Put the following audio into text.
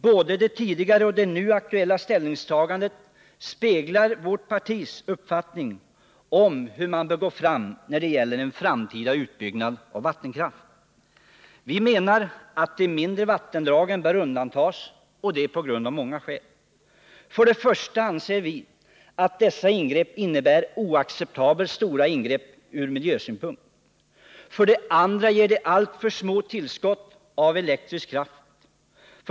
Både det tidigare och det nu aktuella ställningstagandet speglar vårt partis uppfattning om hur man bör gå fram när det gäller en framtida utbyggnad av vattenkraft. Vi menar att de mindre vattendragen bör undantas — och det av många skäl. För det första anser vi att en utbyggnad av dem innebär oacceptabelt stora ingrepp ur miljösynpunkt. För det andra ger de alltför små tillskott av elektrisk kraft.